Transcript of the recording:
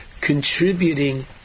contributing